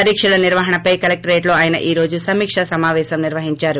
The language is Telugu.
పరీక్షల నిర్వహణపై కలెక్టరేట్లో ఆయన ఈ రోజు సమీకా సమావేశం నిర్వహించారు